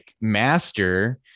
master